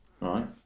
right